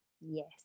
yes